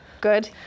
Good